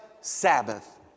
Sabbath